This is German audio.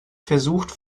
versucht